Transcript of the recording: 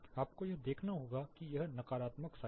आपको यह देखना होगा कि यह नकारात्मक साइन है